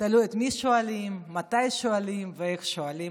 תלוי את מי שואלים, מתי שואלים ואיך שואלים.